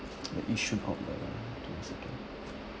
the Yishun outlet ah give me a second